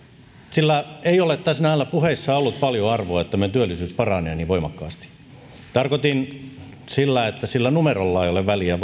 sillä ei ole näissä puheissa ollut paljon arvoa että meidän työllisyys paranee niin voimakkaasti tarkoitin sillä että sillä numerolla ei ole väliä